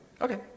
Okay